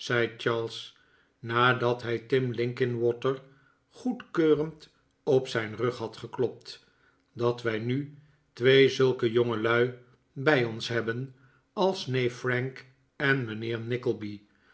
nadat hij tim linkinwater goedkeurend op zijn rug had geklopt dat wij nu twee zulke jongelui bij ons hebben als neef frank en mijnheer nickleby